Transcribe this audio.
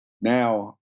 now